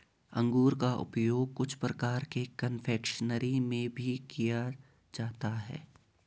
अंगूर का उपयोग कुछ प्रकार के कन्फेक्शनरी में भी किया जाता है